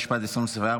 התשפ"ד 2024,